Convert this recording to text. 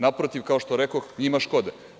Naprotiv, kao što rekoh njima škode.